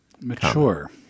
Mature